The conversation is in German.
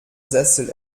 sessel